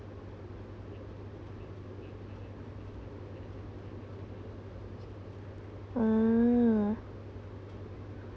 mm